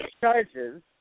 charges